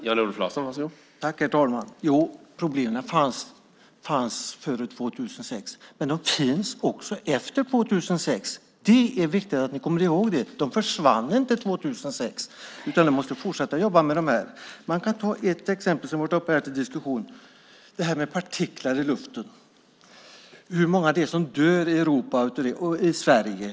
Herr talman! Problemet fanns före 2006, men det finns också efter 2006. Det är viktigt att ni kommer ihåg det. De försvann inte 2006, utan vi måste fortsätta att jobba med dem. Låt mig ta ett exempel som har varit uppe här till diskussion, nämligen partiklar i luften. Det är många som dör av det i Europa och Sverige.